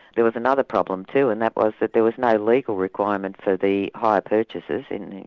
there was another problem too, and that was that there was no legal requirement for the hire purchasers, and